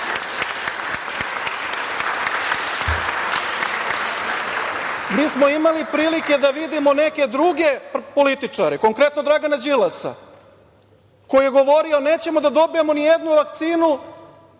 mi smo imali prilike da vidimo neke druge političare, konkretno Dragana Đilasa, koji je govorio nećemo da dobijamo ni jednu vakcinu